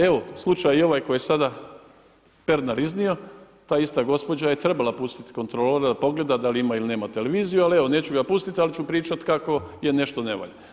Evo, slučaj ovaj koji je i sada Pernar iznio, ta ista gospođa je trebala pustiti kontrolu, da pogleda dal ima ili nema televiziju, ali evo, neću ga pustiti, ali ću pričati kako nešto ne valja.